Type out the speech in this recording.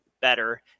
better